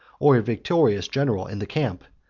or a victorious general in the camp,